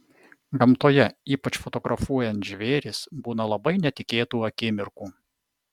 gamtoje ypač fotografuojant žvėris būna labai netikėtų akimirkų